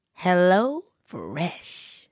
HelloFresh